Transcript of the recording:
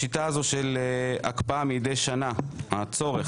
השיטה של הקפאה מידי שנה או הצורך,